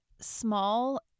small